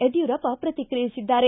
Yediyurappa ಪ್ರತಿಕಿಯಿಸಿದ್ದಾರೆ